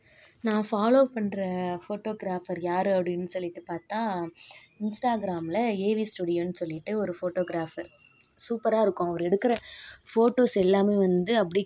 நான் ஃபாலோவ் பண்ணுற ஃபோட்டோகிராஃபர் யார் அப்படின்னு சொல்லிகிட்டு பார்த்தா இன்ஸ்ட்டாகிராமில் ஏவி ஸ்டுடியோன்னு சொல்லிகிட்டு ஒரு ஃபோட்டோகிராஃபர் சூப்பராக இருக்கும் அவர் எடுக்கிற ஃபோட்டோஸ் எல்லாமே வந்து அப்படியே